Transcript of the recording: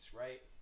right